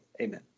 Amen